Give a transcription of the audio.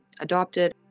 adopted